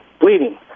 bleeding